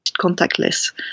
contactless